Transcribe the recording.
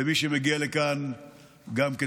וגם של מי שמגיע לכאן כתייר.